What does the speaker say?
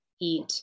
eat